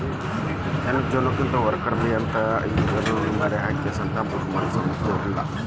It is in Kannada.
ಹೆಣ್ಣ ಜೇನನೊಣಕ್ಕ ವರ್ಕರ್ ಬೇ ಅಂತಾರ, ಅದ್ರ ಈ ಜೇನಹುಳಕ್ಕ ಮರಿಹಾಕಿ ಸಂತಾನೋತ್ಪತ್ತಿ ಮಾಡೋ ಸಾಮರ್ಥ್ಯ ಇರಂಗಿಲ್ಲ